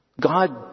God